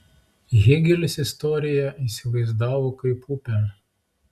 hėgelis istoriją įsivaizdavo kaip upę